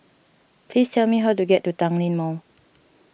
please tell me how to get to Tanglin Mall